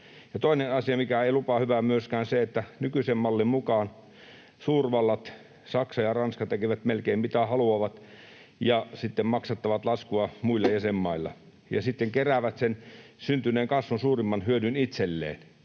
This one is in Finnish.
toinen asia, mikä ei myöskään lupaa hyvää, on se, että nykyisen mallin mukaan suurvallat Saksa ja Ranska tekevät melkein mitä haluavat ja sitten maksattavat laskua muilla jäsenmailla ja sitten keräävät sen syntyneen kasvun suurimman hyödyn itselleen.